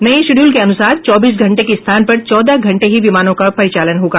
नये शेड्यूल के अनुसार चौबीस घंटे के स्थान पर चौदह घंटे ही विमानों का परिचालन होगा